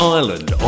Ireland